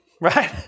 right